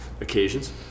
occasions